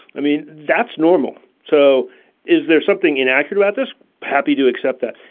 i mean, that's normal. so is there something enacted about this? pappi, to accept that,